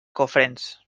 cofrents